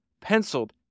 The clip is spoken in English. penciled